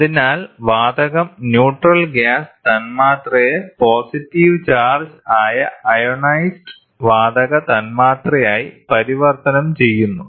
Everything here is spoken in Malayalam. അതിനാൽ വാതകം ന്യൂട്രൽ ഗ്യാസ് തന്മാത്രയെ പോസിറ്റീവ് ചാർജ്ജ് ആയ അയോണൈസ്ഡ് വാതക തന്മാത്രയായി പരിവർത്തനം ചെയ്യുന്നു